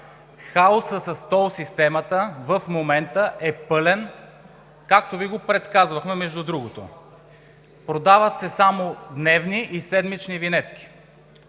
Хаосът с тол системата в момента е пълен, както Ви го предсказвахме, между другото. Продават се само дневни и седмични винетки.